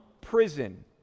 prison